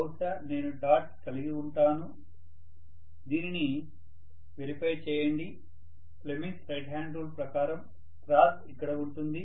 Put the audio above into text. బహుశా నేను డాట్స్ కలిగి వుంటాను దీనిని వెరిఫై చేయండి ఫ్లెమింగ్స్ రైట్ హ్యాండ్ రూల్ ప్రకారం క్రాస్ ఇక్కడ ఉంటుంది